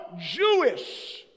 Jewish